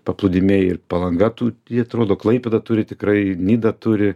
paplūdimiai ir palanga tų ji atrodo klaipėda turi tikrai nida turi